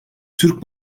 türk